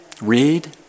read